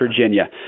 Virginia